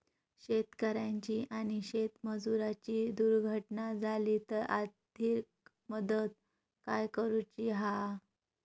शेतकऱ्याची आणि शेतमजुराची दुर्घटना झाली तर आर्थिक मदत काय करूची हा?